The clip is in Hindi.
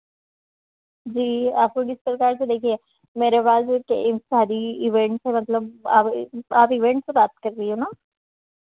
जी आपको किस प्रकार से देखिए मेरे पास सारी इवेंट्स है मतलब आप इवेंट से बात कर रही हो ना